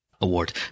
award